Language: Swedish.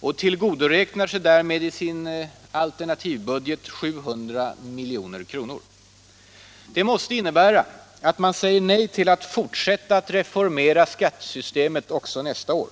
och tillgodoräknar sig därmed i sin alternativbudget 700 milj.kr. Det måste innebära att man säger nej till att fortsätta att reformera skattesystemet också nästa år.